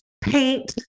paint